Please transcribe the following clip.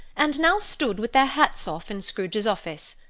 and now stood, with their hats off, in scrooge's office.